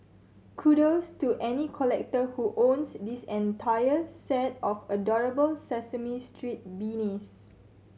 kudos to any collector who owns this entire set of adorable Sesame Street beanies